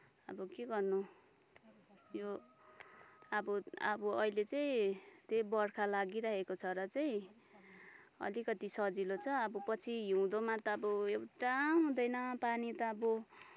अब के गर्नु यो अब अब अहिले चाहिँ त्यही बर्खा लागिरहेको छ र चाहिँ अलिकति सजिलो छ अब पछि हिउँदोमा त अब एकदम हुँदैन पानी त अब